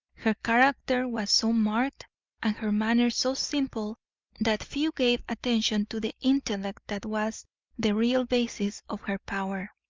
her character was so marked and her manner so simple that few gave attention to the intellect that was the real basis of her power.